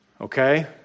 Okay